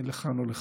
לכאן או לכאן.